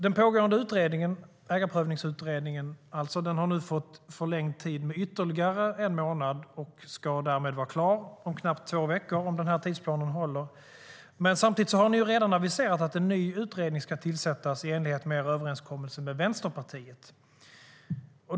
Den pågående Ägarprövningsutredningen har nu fått förlängd tid med ytterligare en månad, och ska därmed vara klar om knappt två veckor om tidsplanen håller. Samtidigt har ni redan aviserat att en ny utredning ska tillsättas i enlighet med er överenskommelse med Vänsterpartiet.